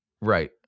Right